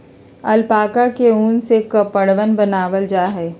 alpaca के उन से कपड़वन बनावाल जा हई